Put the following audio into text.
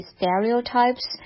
stereotypes